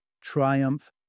triumph